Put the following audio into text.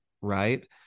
Right